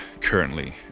currently